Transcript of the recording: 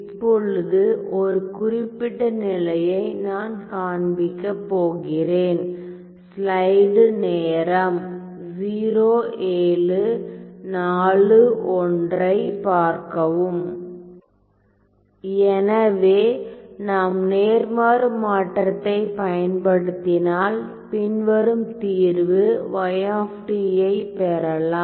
இப்பொழுது ஒரு குறிப்பிட்ட நிலையை நான் காண்பிக்கப் போகிறேன் எனவே நாம் நேர்மாறு மாற்றத்தைப் பயன்படுத்தினால் பின்வரும் தீர்வு y ஐப் பெறலாம்